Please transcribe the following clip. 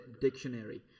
dictionary